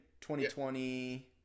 2020